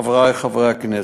חברי חברי הכנסת,